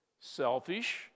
selfish